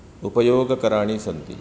उपयोगकराणि सन्ति